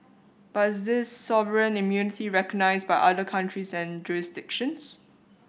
but is this sovereign immunity recognised by other countries and jurisdictions